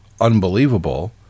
unbelievable